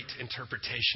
interpretation